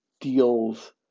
deals